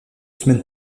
semaines